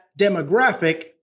demographic